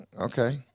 Okay